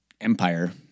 empire